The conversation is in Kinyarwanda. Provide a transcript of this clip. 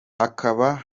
hakaba